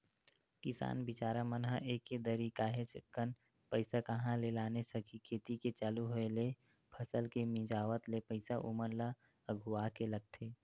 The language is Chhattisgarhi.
किसान बिचारा मन ह एके दरी काहेच कन पइसा कहाँ ले लाने सकही खेती के चालू होय ले फसल के मिंजावत ले पइसा ओमन ल अघुवाके लगथे